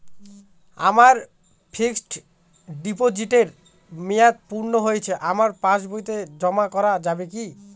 আমার ফিক্সট ডিপোজিটের মেয়াদ পূর্ণ হয়েছে আমার পাস বইতে জমা করা যাবে কি?